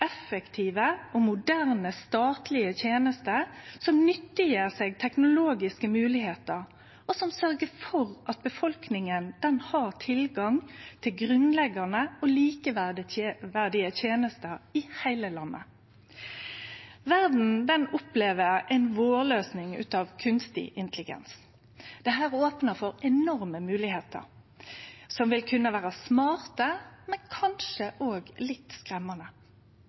effektive og moderne statlige tenester, som nyttiggjer seg teknologiske moglegheiter, og som sørgjer for at befolkninga har tilgang til grunnleggjande og likeverdige tenester i heile landet. Verda opplever ei vårløysing av kunstig intelligens. Dette opnar for enorme moglegheiter, som vil kunne vere smarte, men kanskje òg litt skremmande